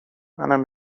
منم